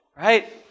right